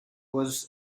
was